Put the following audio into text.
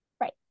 Right